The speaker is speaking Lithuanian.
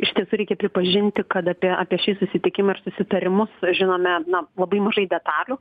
iš tiesų reikia pripažinti kad apie apie šį susitikimą ar susitarimus žinome na labai mažai detalių